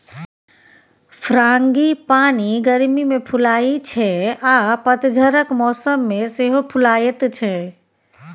frangipani गर्मी मे फुलाइ छै आ पतझरक मौसम मे सेहो फुलाएत छै